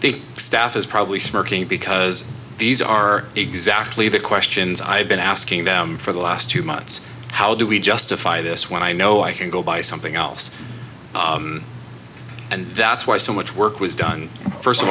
the staff is probably smirking because these are exactly the questions i have been asking them for the last two months how do we justify this when i know i can go buy something else and that's why so much work was done first of